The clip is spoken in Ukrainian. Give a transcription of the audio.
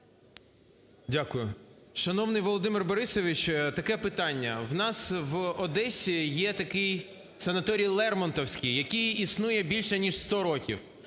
Дякую. Шановний Володимир Борисович, таке питання. У нас в Одесі є такий санаторій "Лермонтовський", який існує більше ніж 100 років